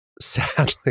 sadly